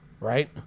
Right